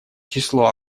число